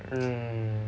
mm